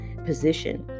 position